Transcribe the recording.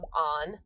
on